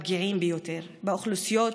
באוכלוסיות,